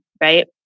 right